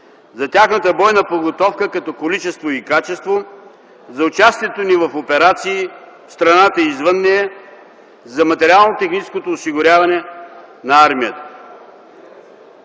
за тяхната бойна подготовка като количество и качество, за участието ни в операции в страната и извън нея, за материално-техническото осигуряване на армията.